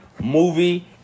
movie